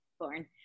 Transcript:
Born